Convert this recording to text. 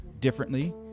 differently